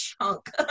chunk